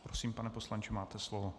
Prosím, pane poslanče, máte slovo.